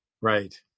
Right